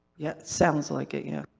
yeah sounds like it. yeah.